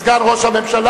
סגן ראש הממשלה,